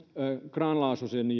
grahn laasonen